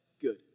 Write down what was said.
good